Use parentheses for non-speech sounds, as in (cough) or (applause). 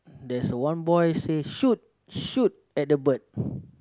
there's one boy say shoot shoot at the bird (breath)